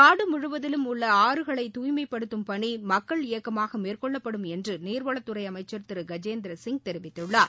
நாடு முழுவதிலும் உள்ள ஆறுகளை தூய்மைப்படுத்தும் பணி மக்கள் இயக்கமாக மேற்கொள்ளப்படும் என்று நீர்வளத்துறை அமைச்சர் திரு கஜேந்திரசிங் தெரிவித்துள்ளார்